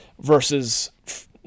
Versus